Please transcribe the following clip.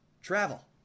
travel